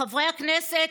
חברי הכנסת,